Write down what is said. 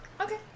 Okay